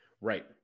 Right